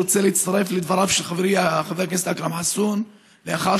אני גם רוצה להצטרף לדבריו של חברי חבר הכנסת אכרם חסון: לאחר